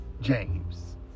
James